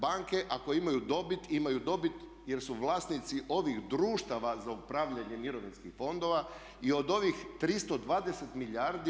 Banke ako imaju dobit imaju dobit jer su vlasnici ovih društava za upravljanje mirovinskih fondova i od ovih 320 milijardi.